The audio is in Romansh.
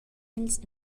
els